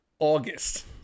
august